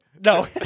No